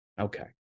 Okay